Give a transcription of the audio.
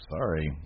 Sorry